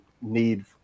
need